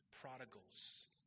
prodigals